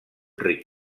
ric